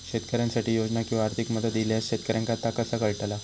शेतकऱ्यांसाठी योजना किंवा आर्थिक मदत इल्यास शेतकऱ्यांका ता कसा कळतला?